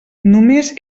només